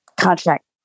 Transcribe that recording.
contract